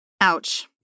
Ouch